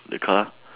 the car